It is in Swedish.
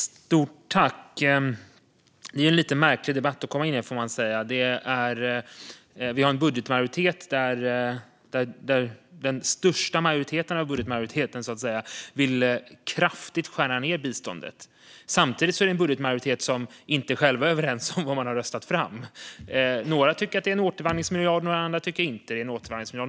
Fru talman! Detta är en lite märklig debatt att komma in i. Vi har en budgetmajoritet varav den största delen vill skära ned biståndet kraftigt. Samtidigt är det en budgetmajoritet där man inte själva är överens om vad man har röstat fram. Några tycker att det är en återvandringsmiljard, och några andra tycker inte det.